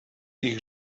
ich